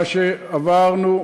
מה שעברנו,